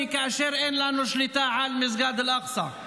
כאשר אין לנו שליטה על מסגד אל-אקצא.